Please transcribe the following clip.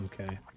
Okay